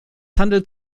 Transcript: handelte